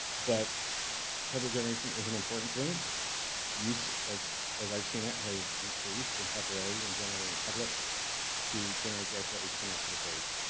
but template generation is an important thing. its use, as as i've seen it, has increased in popularity in generating templates to generate the actual html for the page.